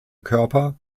körper